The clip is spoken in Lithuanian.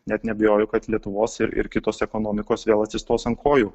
net neabejoju kad lietuvos ir ir kitos ekonomikos vėl atsistos ant kojų